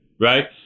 right